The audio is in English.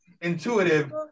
intuitive